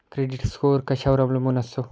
Credit score कशावर अवलंबून असतो?